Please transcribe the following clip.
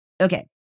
Okay